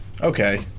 okay